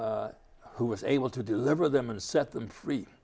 christ who was able to deliver them and set them free